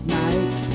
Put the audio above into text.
night